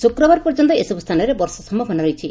ଶୁକ୍ରବାର ପର୍ଯ୍ୟନ୍ତ ଏସବୁ ସ୍ଥାନରେ ବର୍ଷା ସୟାବନା ରହିଛି